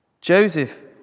Joseph